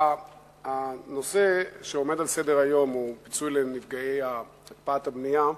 הנושא שעומד על סדר-היום הוא הפיצוי לנפגעי הקפאת הבנייה,